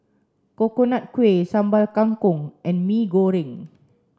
Coconut Kuih Sambal Kangkong and Mee Goreng